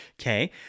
Okay